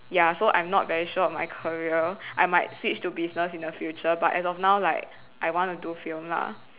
ya so I'm not very sure of my career I might switch to business in the future but as of now like I want to do film lah